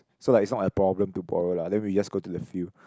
so like it's not a problem to borrow lah then we just go to the field